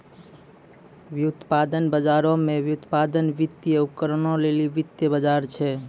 व्युत्पादन बजारो मे व्युत्पादन, वित्तीय उपकरणो लेली वित्तीय बजार छै